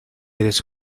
eres